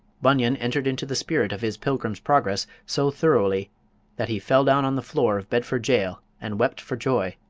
bunyan entered into the spirit of his pilgrim's progress so thoroughly that he fell down on the floor of bedford jail and wept for joy.